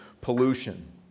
pollution